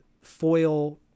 foil